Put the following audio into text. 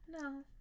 No